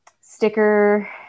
sticker